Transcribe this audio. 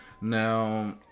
Now